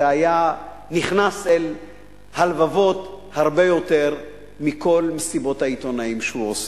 זה היה נכנס אל הלבבות הרבה יותר מכל מסיבות העיתונאים שהוא עושה.